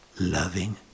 loving